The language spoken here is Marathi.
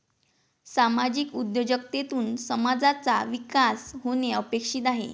सामाजिक उद्योजकतेतून समाजाचा विकास होणे अपेक्षित आहे